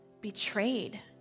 betrayed